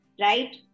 right